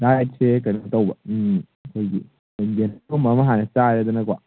ꯗꯥꯏꯠꯁꯦ ꯀꯩꯅꯣ ꯇꯧꯕ ꯑꯩꯈꯣꯏꯒꯤ ꯒꯦꯟꯅꯔꯒꯨꯝꯕ ꯑꯃ ꯍꯥꯟꯅ ꯆꯥꯔꯦꯗꯅꯀꯣ